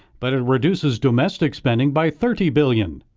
but it reduces domestic spending by thirty billion